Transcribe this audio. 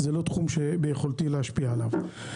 זה לא תחום שביכולתי להשפיע עליו.